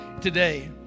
today